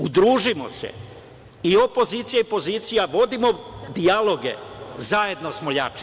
Udružimo se, i opozicija i pozicija, vodimo dijaloge, zajedno smo jači.